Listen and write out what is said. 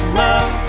love